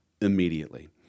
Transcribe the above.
immediately